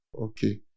Okay